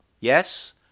yes